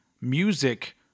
music